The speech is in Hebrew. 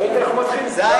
בבקשה,